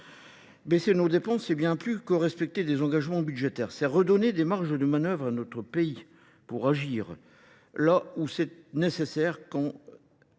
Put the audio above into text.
Baisser nos dépenses, c'est bien plus que respecter des engagements budgétaires, c'est redonner des marges de manoeuvre à notre pays pour agir là où c'est nécessaire quand